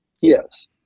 Yes